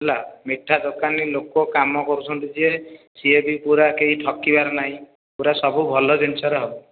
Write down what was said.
ହେଲା ମିଠା ଦୋକାନୀ ଲୋକ କାମ କରୁଛନ୍ତି ଯିଏ ସିଏ ବି ପୁରା କେହି ଠକିବାର ନାହିଁ ପୁରା ସବୁ ଭଲ ଜିନିଷରେ ହେବ